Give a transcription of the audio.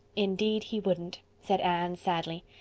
indeed he wouldn't, said anne sadly.